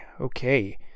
okay